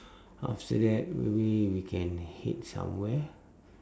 after that maybe we can head somewhere